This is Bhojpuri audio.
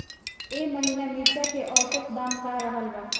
एह महीना मिर्चा के औसत दाम का रहल बा?